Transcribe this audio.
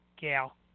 gal